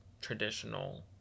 traditional